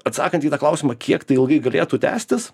atsakant į tą klausimą kiek tai ilgai galėtų tęstis